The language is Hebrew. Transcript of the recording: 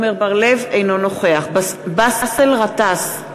אינו נוכח באסל גטאס,